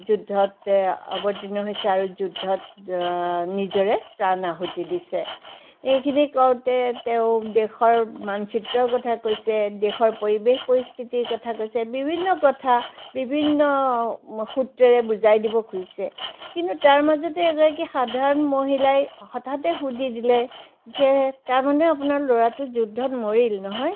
যুদ্ধত অৱতীৰ্ণ হৈছে আৰু যোদ্ধত নিজৰে প্ৰাণ আহুতি দিছে এইখিনি কওঁতে তেওঁ দেশৰ মানচিত্ৰৰ কথা কৈছে দেশৰ পৰিৱেশ পৰিস্থিতিৰ কথা কৈছে বিভিন্ন কথা বিভিন্ন সুত্ৰেৰে বুজাই দিব খুজিছে কিন্তু তাৰ মাজতে এগৰাকী সাধাৰণ মহিলাই হথাতে সুধি দিলে যে তাৰমানে আপোনাৰ ল'ৰাটো যুদ্ধত মৰিল নহয়